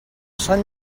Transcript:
sant